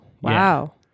wow